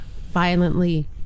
violently